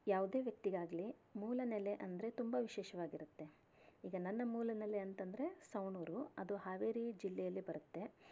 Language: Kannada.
ಯಾವುದೇ ವ್ಯಕ್ತಿಗಾಗ್ಲಿ ಮೂಲ ನೆಲೆ ಅಂದರೆ ತುಂಬ ವಿಶೇಷವಾಗಿರತ್ತೆ ಈಗ ನನ್ನ ಮೂಲ ನೆಲೆ ಅಂತಂದರೆ ಸವಣೂರು ಅದು ಹಾವೇರಿ ಜಿಲ್ಲೆಯಲ್ಲಿ ಬರತ್ತೆ